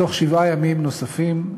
בתוך שבעה ימים נוספים,